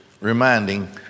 reminding